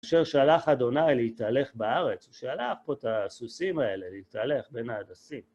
כאשר שלח ה' להתהלך בארץ, הוא שלח פה את הסוסים האלה להתהלך בין ההדסים.